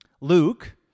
Luke